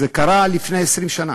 זה קרה לפני 20 שנה.